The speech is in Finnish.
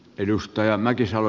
arvoisa puhemies